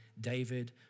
David